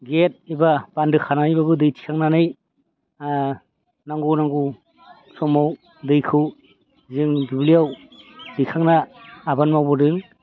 gate एबा बान्दो खानानै एबा दै थिखोनानै नांगौ नांगौ समाव दैखौ जों दुब्लियाव दैखांना आबाद मावबोदों